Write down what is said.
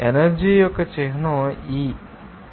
సాధారణంగా ఎనర్జీ యొక్క చిహ్నం E